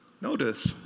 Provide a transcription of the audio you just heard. notice